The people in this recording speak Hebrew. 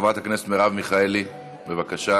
חברת הכנסת מרב מיכאלי, בבקשה.